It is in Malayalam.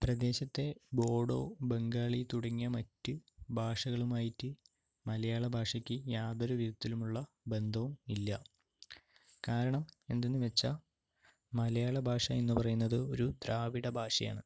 പ്രദേശത്തെ ബോഡോ ബംഗാളി തുടങ്ങിയ മറ്റ് ഭാഷകളുമായിട്ട് മലയാള ഭാഷയ്ക്ക് യാതൊരു വിധത്തിലുമുള്ള ബന്ധവും ഇല്ല കാരണം എന്തെന്ന് വെച്ചാൽ മലയാള ഭാഷ എന്ന് പറയുന്നത് ഒരു ദ്രാവിഡഭാഷയാണ്